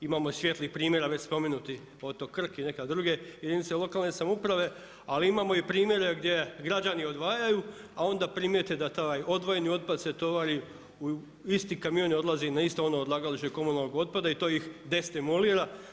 Imamo i svijetlih primjera već spomenuti otok Krk i neke druge jedinice lokalne samouprave, ali imamo i primjere gdje građani odvajaju, a onda primijete da taj odvojeni otpad se tovari u isti kamion i odlazi na isto ono odlagalište komunalnog otpada i to ih destimulira.